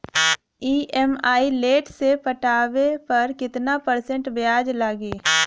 EMI late से पटावे पर कितना परसेंट ब्याज लगी?